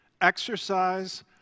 exercise